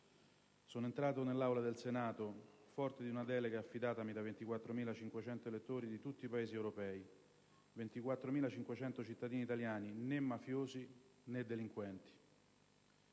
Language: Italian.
Sono entrato nell'Aula del Senato forte di una delega affidatami da 24.500 elettori di tutti i Paesi europei, 24.500 cittadini italiani né mafiosi, né delinquenti.